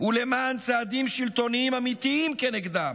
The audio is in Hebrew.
ולמען צעדים שלטוניים אמיתיים כנגדם.